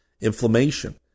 inflammation